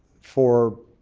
for